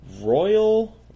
Royal